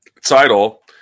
title